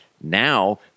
now